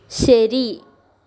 ശരി